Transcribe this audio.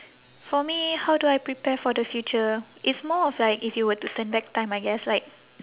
for me how do I prepare for the future it's more of like if you were to turn back time I guess like